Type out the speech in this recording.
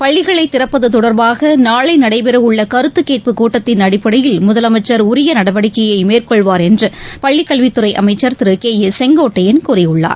பள்ளிகளைதிறப்பதுதொடர்பாகநாளைநடைபெறவுள்ளகருத்துக் கேட்புக் கூட்டத்தின் அடிப்படையில் முதலமைச்சர் உரியநடவடிக்கையைமேற்கொள்வார் என்றுபள்ளிகல்வித் துறைஅமைச்சர் திருகே செங்கோட்டையன் கூறியுள்ளார்